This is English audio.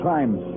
Times